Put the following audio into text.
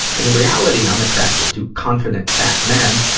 in reality, i'm attracted to confident, fat men.